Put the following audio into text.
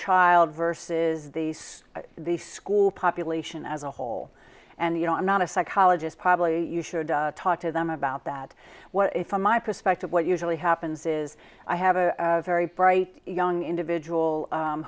child versus these the school population as a whole and you know i'm not a psychologist probably you should talk to them about that what if from my perspective what usually happens is i have a very bright young individual